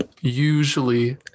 usually